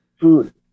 food